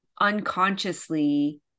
unconsciously